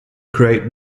create